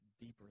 deeper